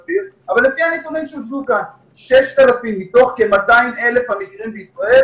על מנת שלא נהיה בדיון נוסף בו נדון שוב על ההנחיות של ההסדר הזה,